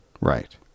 Right